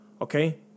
Okay